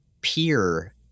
peer